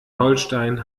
holstein